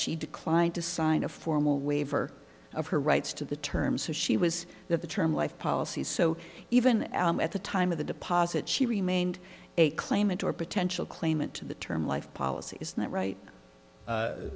she declined to sign a formal waiver of her rights to the term so she was that the term life policies so even at the time of the deposit she remained a claimant or potential claimant to the term life policy is that right